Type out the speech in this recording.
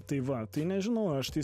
tai va tai nežinau aš tai